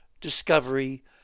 discovery